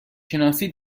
شناسی